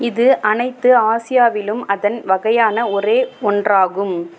இது அனைத்து ஆசியாவிலும் அதன் வகையான ஒரே ஒன்றாகும்